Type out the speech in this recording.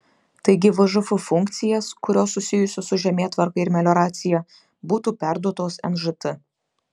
taigi vžf funkcijas kurios susijusios su žemėtvarka ir melioracija būtų perduotos nžt